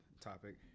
topic